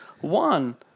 One